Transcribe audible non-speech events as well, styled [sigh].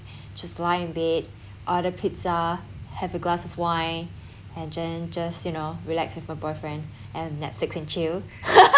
just lie in bed order pizza have a glass of wine and then just you know relax with my boyfriend and netflix and chill [laughs]